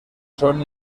són